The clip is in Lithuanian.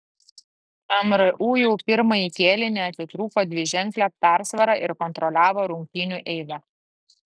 mru jau pirmąjį kėlinį atitrūko dviženkle persvara ir kontroliavo rungtynių eigą